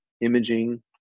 imaging